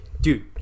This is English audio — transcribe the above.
dude